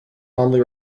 calmly